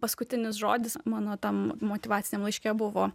paskutinis žodis mano tam motyvaciniam laiške buvo